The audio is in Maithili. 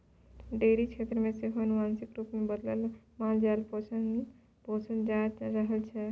डेयरी क्षेत्र मे सेहो आनुवांशिक रूपे बदलल मालजाल पोसल जा रहल छै